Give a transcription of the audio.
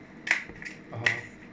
ah